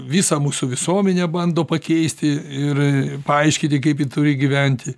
visą mūsų visuomenę bando pakeisti ir paaiškinti kaip ji turi gyventi